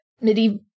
medieval